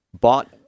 bought